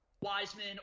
Wiseman